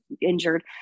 injured